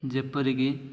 ଯେପରିକି